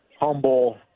humble